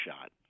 shot